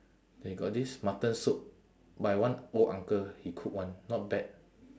they got this mutton soup by one old uncle he cook [one] not bad